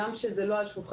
הגם שזה לא על שולחננו,